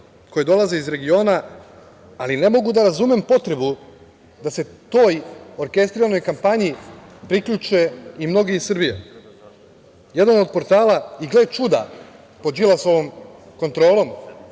koje dolaze iz regiona, ali ne mogu da razumem potrebu da se toj orkestriranoj kampanji priključe i mnogi iz Srbije. Jedan od portala, i gle čuda, po Đilasovom kontrolom,